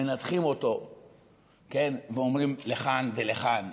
מנתחים אותו ואומרים לכאן ולכאן,